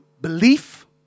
belief